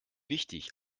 wichtig